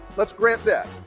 let's grant that.